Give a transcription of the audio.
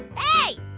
hey,